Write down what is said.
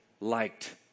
liked